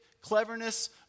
cleverness